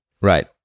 Right